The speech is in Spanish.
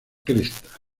cresta